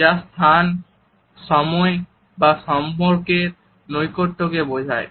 যা স্থান সময় বা সম্পর্কের নৈকট্যকে বোঝায়